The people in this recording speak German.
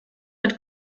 hat